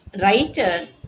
writer